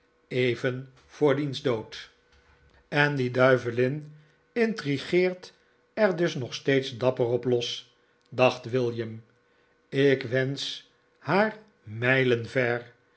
even voor diens dood en die duivelin intrigeert er dus nog steeds dapper op los dacht william ik wensch haar mijlen ver